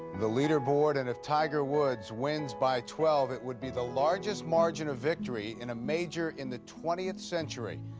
the leader board. and if tiger woods wins by twelve, it would be the largest margin of victory in a major in the twentieth century,